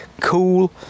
cool